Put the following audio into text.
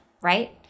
right